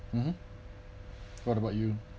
mmhmm what about you